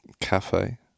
Cafe